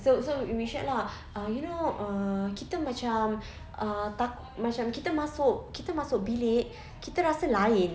so so we shared lah uh you know uh kita macam uh takut macam kita masuk kita masuk bilik kita rasa lain